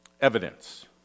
evidence